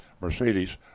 mercedes